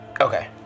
Okay